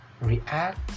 react